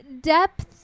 depth